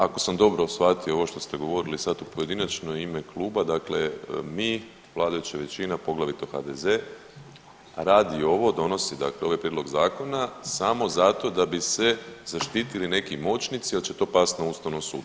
Ako sam dobro shvatio ovo što ste govorili sad u pojedinačnoj i ime kluba, dakle mi, vladajuća većina, poglavito HDZ radi ovo, donosi dakle ovaj prijedlog Zakona samo zato da bi se zaštitili neki moćnici jer će to pasti na Ustavnom sudu.